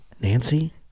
Nancy